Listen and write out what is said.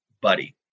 buddy